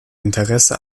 interesse